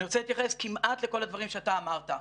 אני רוצה להתייחס כמעט לכל הדברים שאתה אמרת.